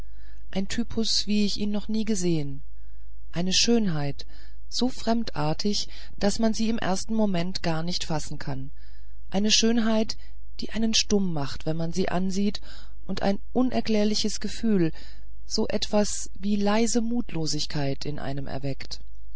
ein typus wie ich ihn noch nie gesehen eine schönheit so fremdartig daß man sie im ersten moment gar nicht fassen kann eine schönheit die einen stumm macht wenn man sie ansieht und ein unerklärliches gefühl so etwas wie leise mutlosigkeit in einem erweckt